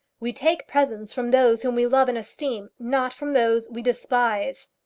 we take presents from those whom we love and esteem, not from those we despise.